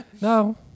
no